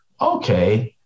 okay